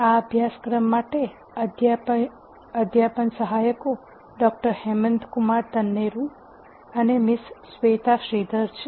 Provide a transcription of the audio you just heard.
આ અભ્યાસક્રમ માટે અધ્યાપન સહાયકો ડોક્ટર હેમંતકુમાર તન્નેરુ અને મિસ શ્વેતા શ્રીધર છે